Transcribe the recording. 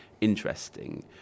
interesting